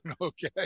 Okay